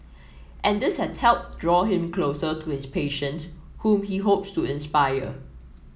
and this has helped draw him closer to his patients whom he hopes to inspire